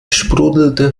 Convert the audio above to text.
sprudelte